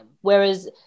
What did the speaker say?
Whereas